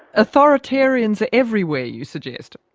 authoritarians are everywhere, you suggest.